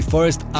First